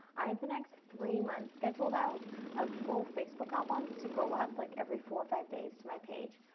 i have the next three months scheduled out of full facebook albums to go up like every four or five days to my page,